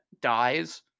dies